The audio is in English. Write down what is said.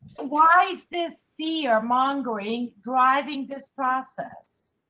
why is this fearmongering driving this process?